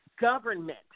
government